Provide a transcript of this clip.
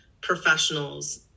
professionals